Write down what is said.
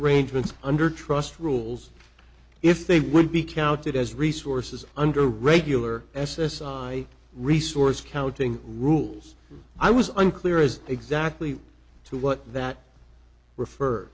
arrangements under trust rules if they would be counted as resources under regular s s i resource counting rules i was unclear as exactly to what that refer